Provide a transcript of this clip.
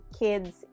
kids